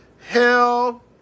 hell